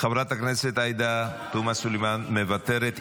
חברת הכנסת עאידה תומא סלימאן, מוותרת.